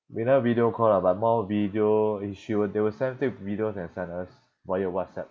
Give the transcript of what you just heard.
we never video call lah but more video e~ she will they will send take videos and send us via whatsapp